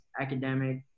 academic